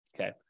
okay